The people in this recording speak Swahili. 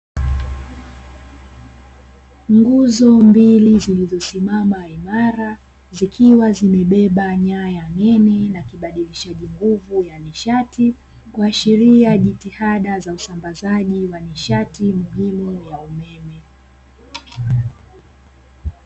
Nguzo mbili zilizosimama imara zikiwa zimebeba nyaya nene na kibadilishaji nguvu ya nishati , kuashiria jitahada za usambazaji wa nishati muhimu ya umeme.